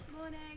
Morning